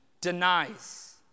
denies